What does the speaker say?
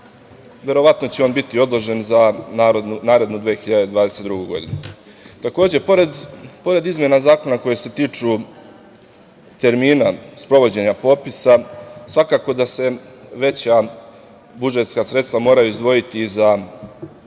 verovatno će on biti odložen za narednu 2022. godinu. Pored izmena zakona koje se tiču termina sprovođenja popisa svakako da se veća budžetska sredstva moraju izdvojiti i za obuku